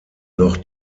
noch